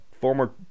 former